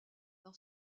dans